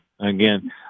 Again